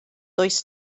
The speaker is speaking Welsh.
does